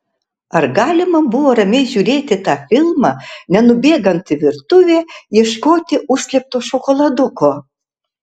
ar galima buvo ramiai žiūrėti tą filmą nenubėgant į virtuvę ieškoti užslėpto šokoladuko